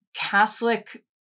Catholic